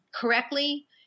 correctly